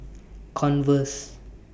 Converse